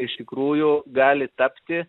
iš tikrųjų gali tapti